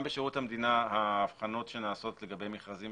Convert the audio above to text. אני רק אציין שגם בשירות המדינה ההבחנות שנעשות לגבי מכרזים